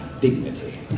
dignity